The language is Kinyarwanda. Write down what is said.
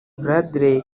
bradley